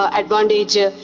advantage